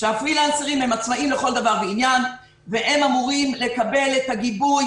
שהפרילנסרים הם עצמאיים לכל דבר ועניין והם אמורים לקבל את הגיבוי,